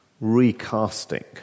recasting